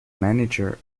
manager